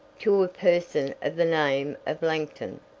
to a person of the name of langton.